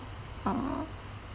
uh